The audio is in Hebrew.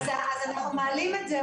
אנחנו מעלים את זה,